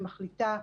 ומחליטים.